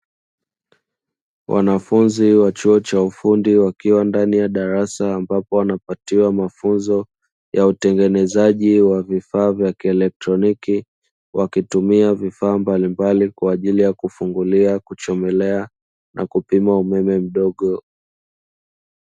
Wanafunzi wa chuo cha ufundi wakiwa ndani ya darasa ambapo wanapatiwa mafunzo ya utengenezaji wa vifaa vya kielektroniki wakitumia vifaa mbalimbali kwa ajili ya kufungulia, kuchomelea na kupima umeme mdogo.